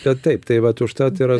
kad taip tai vat užtat yra